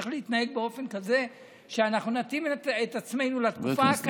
צריך להתנהג באופן כזה שאנחנו נתאים את עצמנו לתקופה הקשה,